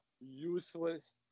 useless